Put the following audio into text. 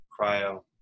cryo